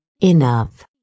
Enough